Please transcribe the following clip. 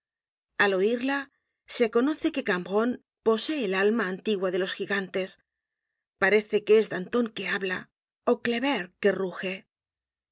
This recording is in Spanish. al oirla se conoce que cambronne posee el alma antigua de los jigantes parece que es danton que habla ó kleber que ruge